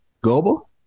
global